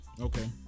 Okay